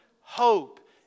hope